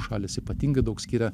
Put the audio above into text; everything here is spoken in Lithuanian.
šalys ypatingai daug skiria